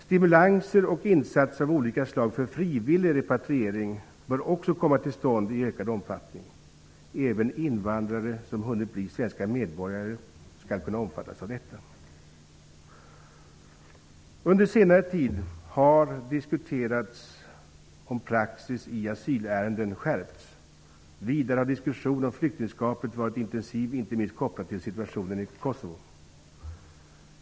Stimulanser och insatser av olika slag för frivillig repatriering bör också komma till stånd i ökad omfattning. Även invandrare som hunnit bli svenska medborgare skall kunna omfattas av detta. Under senare tid har diskuterats om praxis i asylärenden skärpts. Vidare har diskussionen om flyktingskapet varit intensiv, inte minst kopplat till situationen i Kosovo.